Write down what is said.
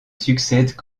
succède